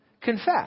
confess